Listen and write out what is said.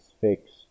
fixed